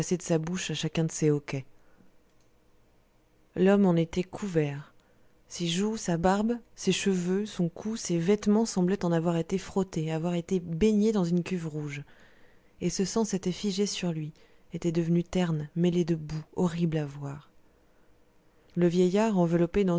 de sa bouche à chacun de ses hoquets l'homme en était couvert ses joues sa barbe ses cheveux son cou ses vêtements semblaient en avoir été frottés avoir été baignés dans une cuve rouge et ce sang s'était figé sur lui était devenu terne mêlé de boue horrible à voir le vieillard enveloppé